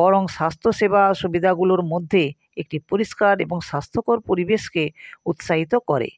বরং স্বাস্থ্যসেবা সুবিধাগুলোর মধ্যে একটি পরিষ্কার এবং স্বাস্থ্যকর পরিবেশকে উৎসাহিত করে